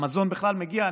המזון בכלל מגיע,